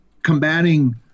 Combating